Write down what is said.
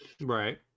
Right